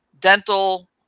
Dental